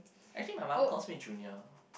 I think my mum calls me Trunia